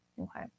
Okay